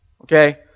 Okay